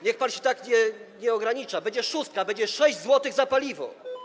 Niech pan się tak nie ogranicza, będzie sześć, będzie 6 zł za paliwo.